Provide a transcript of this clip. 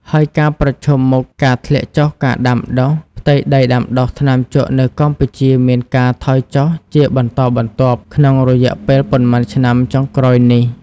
ហើយការប្រឈមមុខ ការធ្លាក់ចុះការដាំដុះ ផ្ទៃដីដាំដុះថ្នាំជក់នៅកម្ពុជាមានការថយចុះជាបន្តបន្ទាប់ក្នុងរយៈពេលប៉ុន្មានឆ្នាំចុងក្រោយនេះ។